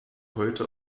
heute